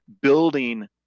building